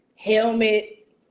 helmet